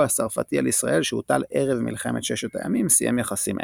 הצרפתי על ישראל שהוטל ערב מלחמת ששת הימים סיים יחסים אלה.